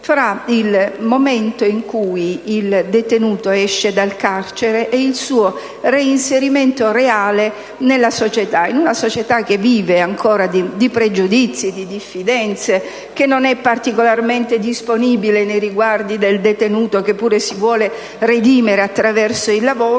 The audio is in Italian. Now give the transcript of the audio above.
tra il momento in cui il detenuto esce dal carcere e il suo reinserimento reale in una società che vive ancora di pregiudizi e diffidenze, che non è particolarmente disponibile nei riguardi del detenuto che pure si vuole redimere attraverso il lavoro.